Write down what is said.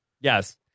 Yes